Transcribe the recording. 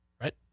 right